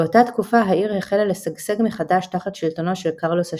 באותה תקופה העיר החלה לשגשג מחדש תחת שלטונו של קרלוס השלישי.